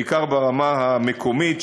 בעיקר ברמה המקומית,